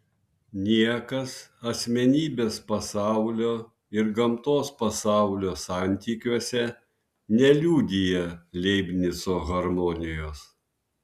niekas asmenybės pasaulio ir gamtos pasaulio santykiuose neliudija leibnico harmonijos